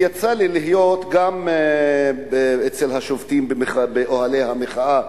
יצא לי להיות גם אצל השובתים באוהלי המחאה,